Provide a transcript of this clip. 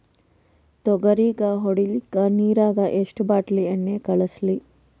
ತೊಗರಿಗ ಹೊಡಿಲಿಕ್ಕಿ ನಿರಾಗ ಎಷ್ಟ ಬಾಟಲಿ ಎಣ್ಣಿ ಕಳಸಲಿ?